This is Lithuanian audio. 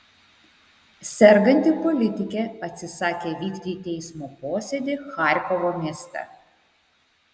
serganti politikė atsisakė vykti į teismo posėdį charkovo mieste